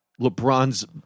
LeBron's